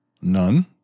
None